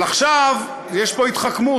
אבל עכשיו יש פה התחכמות.